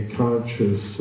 conscious